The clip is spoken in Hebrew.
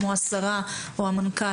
כמו השרה או המנכ"ל,